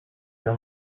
hear